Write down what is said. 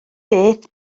beth